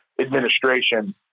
administration